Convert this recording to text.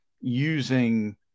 using